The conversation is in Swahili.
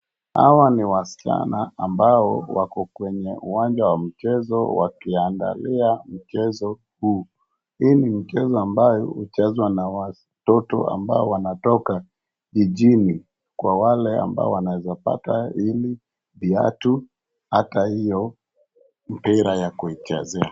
Hawa ni wasichana ambao wako kwenye uwanja wa mchezo wakiangalia mchezo huu. Hii ni mcheso ambayo huchezwa na watoto ambao wanatoka jijini kwa wale ambao wanaweza pata hizi viatu ata hiyo mpira ya kuichezea.